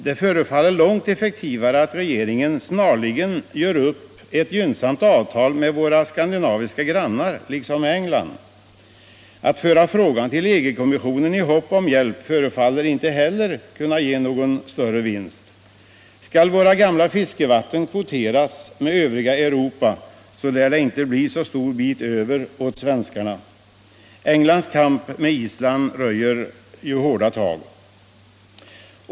Det förefaller långt effektivare att regeringen snarast gör upp ett gynnsamt avtal med våra skandinaviska grannar liksom med England. Att föra frågan till EG-kommissionen i hopp om hjälp torde inte heller ge någon större vinst. Skall våra gamla fiskevatten kvoteras med övriga Europa lär det inte bli så stor bit över åt svenskarna — Englands kamp mot Island röjer hårda tag.